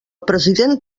president